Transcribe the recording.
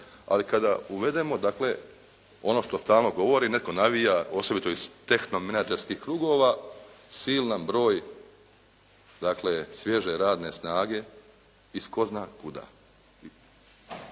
ali kada uvedemo dakle ono što stalno govorim, netko navija osobito iz tehno menađerskih krugova silan broj dakle svježe radne snage iz tko zna kuda.